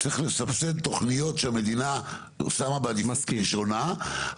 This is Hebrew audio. אלא לסבסד תוכניות שהמדינה שמה בעדיפות ראשונה,